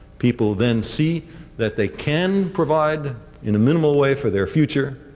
people then see that they can provide in a minimal way for their future.